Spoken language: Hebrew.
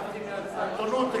בעיתונות.